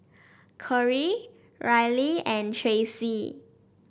Corry Reilly and Tracie